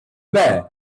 bear